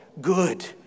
good